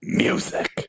music